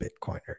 Bitcoiners